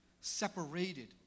separated